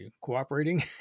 cooperating